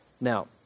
Now